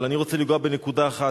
אבל אני רוצה לנגוע בנקודה אחת,